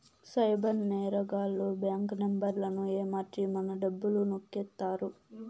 cyber నేరగాళ్లు bank నెంబర్లను ఏమర్చి మన డబ్బులు నొక్కేత్తారు